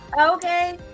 okay